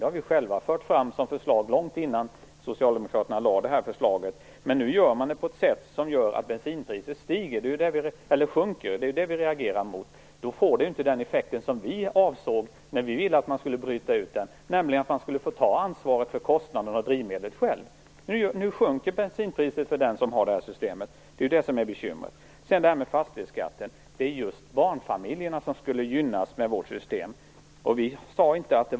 Det har vi själva föreslagit långt innan Socialdemokraterna lade fram förslaget. Men nu gör man det på ett sätt som gör att bensinpriset sjunker, och det är det vi reagerar mot. Då får det inte den effekt som vi avsåg när vi ville att man skulla bryta ut den, nämligen att man skall få ta ansvaret för kostnaderna för drivmedlet själv. Nu sjunker bensinpriset för den som har det här systemet, och det är det som är bekymret. Det är just barnfamiljerna som skulle gynnas med vårt system för fastighetsbeskattning.